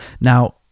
Now